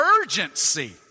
urgency